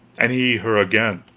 and he her again.